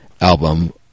album